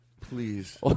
Please